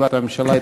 בישיבת הממשלה.